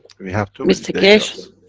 we have to. mr. keshe?